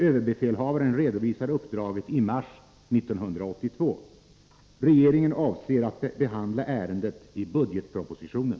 Överbefälhavaren redovisade uppdraget i mars 1982. Regeringen avser att behandla ärendet i budgetpropositionen.